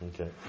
okay